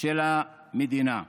של המדינה.